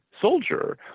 soldier